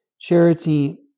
Charity